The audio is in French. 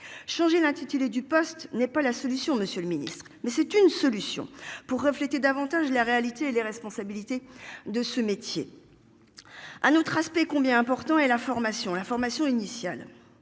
Changer l'intitulé du poste n'est pas la solution. Monsieur le Ministre mais c'est une solution pour refléter davantage la réalité et les responsabilités de ce métier. Un autre aspect combien important et la formation, l'information initiale